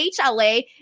hla